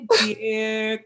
dear